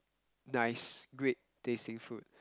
nice great tasting food